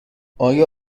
آیا